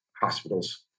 hospitals